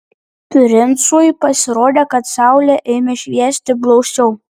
princui pasirodė kad saulė ėmė šviesti blausiau